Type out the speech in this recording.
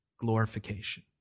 glorification